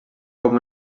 com